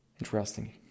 interesting